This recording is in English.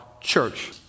church